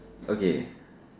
okay